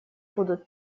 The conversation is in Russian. будут